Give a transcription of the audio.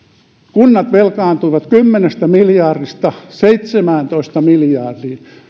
kunnat velkaantuivat kymmenestä miljardista seitsemääntoista miljardiin